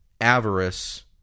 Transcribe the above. avarice